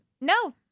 No